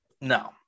No